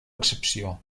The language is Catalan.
excepció